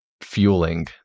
fueling